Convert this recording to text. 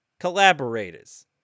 collaborators